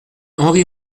henri